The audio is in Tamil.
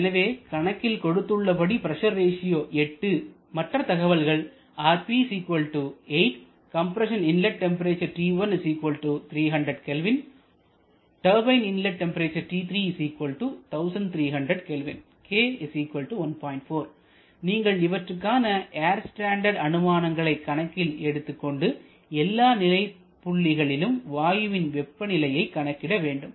எனவே கணக்கில் கொடுத்துள்ளபடி பிரஷர் ரேஷியோ 8 மற்ற தகவல்கள் நீங்கள் இவற்றுக்கான ஏர் ஸ்டாண்டர்ட் அனுமானங்களை கணக்கில் எடுத்துக்கொண்டு எல்லா நிலை புள்ளிகளிலும் வாயுவின் வெப்பநிலையை கணக்கிட வேண்டும்